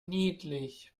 niedlich